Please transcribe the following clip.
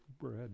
bread